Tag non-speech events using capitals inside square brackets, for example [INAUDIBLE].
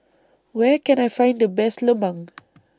Where Can I Find The Best Lemang [NOISE]